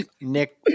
Nick